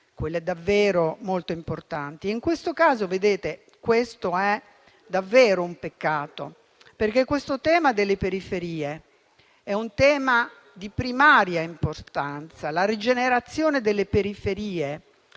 quelle davvero molto importanti. Nel caso specifico, questo è davvero un peccato, perché quello delle periferie è un tema di primaria importanza. La rigenerazione delle periferie